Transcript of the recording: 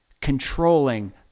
controlling